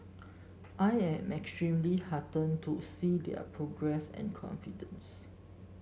I am extremely heartened to see their progress and confidence